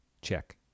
Check